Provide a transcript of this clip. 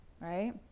right